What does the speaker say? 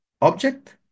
object